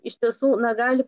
iš tiesų na gali